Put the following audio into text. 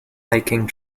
hiking